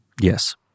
Yes